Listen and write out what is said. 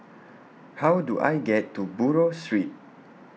How Do I get to Buroh Street